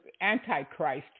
antichrist